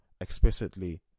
explicitly